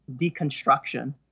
Deconstruction